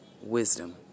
wisdom